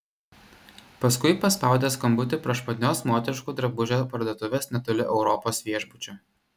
paskui paspaudė skambutį prašmatnios moteriškų drabužių parduotuvės netoli europos viešbučio